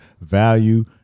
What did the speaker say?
value